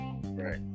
Right